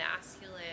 masculine